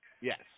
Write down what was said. Yes